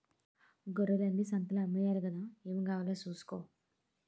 గొర్రెల్ని సంతలో అమ్మేయాలి గదా ఏం కావాలో సూసుకో